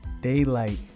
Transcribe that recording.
Daylight